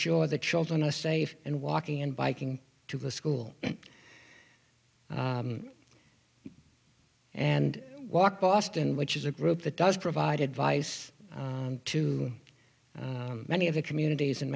sure the children are safe and walking and biking to the school and walk boston which is a group that does provide advice to many of the communities in